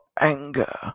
anger